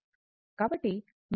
కాబట్టి మీరు దీనిని vc 0